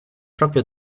proprio